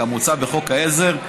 כמוצע בחוק העזר,